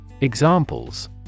Examples